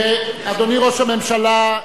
אדוני ראש הממשלה,